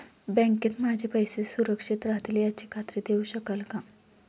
बँकेत माझे पैसे सुरक्षित राहतील याची खात्री देऊ शकाल का?